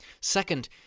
Second